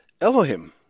Elohim